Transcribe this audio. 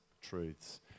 truths